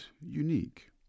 unique